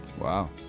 Wow